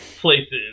places